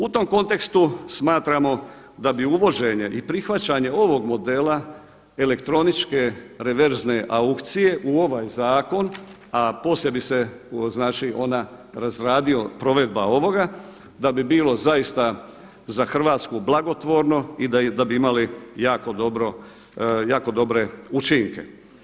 U tom kontekstu smatramo da bi uvođenje i prihvaćanje ovog modela elektroničke reverzne aukcije u ovaj zakon, a posebice znači ona razradio provedba ovoga da bi bilo zaista za Hrvatsku blagotvorno i da bi imali jako dobre učinke.